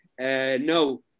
no